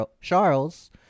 Charles